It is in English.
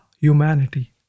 humanity